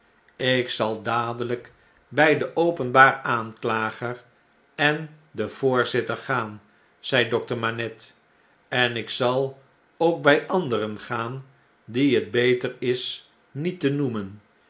ik zal dadelijk bn den openbaren aanklager en den voorzitter gaan zei dokter manette en ik zal ook bij anderen gaan die het beter is niet te noemen